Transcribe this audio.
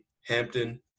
Hampton